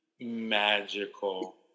magical